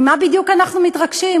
ממה בדיוק אנחנו מתרגשים?